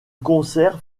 concert